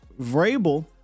Vrabel